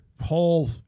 whole